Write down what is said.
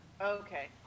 Okay